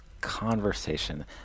conversation